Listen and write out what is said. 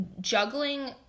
juggling